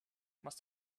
must